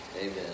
amen